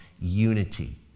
unity